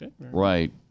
right